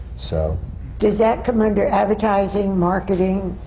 so does that come under advertising, marketing,